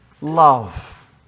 love